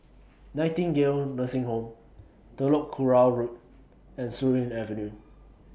Nightingale Nursing Home Telok Kurau Road and Surin Avenue